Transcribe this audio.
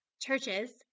churches